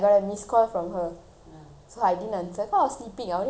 so I didn't answer cause I was sleeping I only woke up at twelve forty five by the way